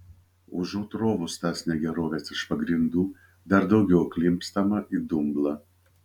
užuot rovus tas negeroves iš pagrindų dar daugiau klimpstama į dumblą